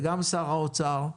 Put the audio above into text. וגם שר האוצר,